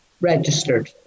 Registered